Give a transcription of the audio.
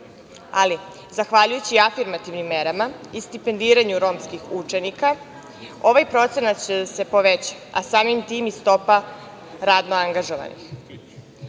ali zahvaljujući afirmativnim merama i stipendiranju romskih učenika ovaj procenat će da se poveća, a samim tim i stopa radno angažovanih. Kako